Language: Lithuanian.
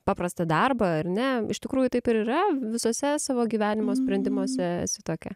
paprastą darbą ar ne iš tikrųjų taip ir yra visose savo gyvenimo sprendimuose esi tokia